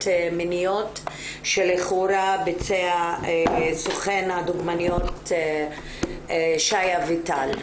מיניות שלכאורה ביצע סוכן הדוגמניות שי אביטל.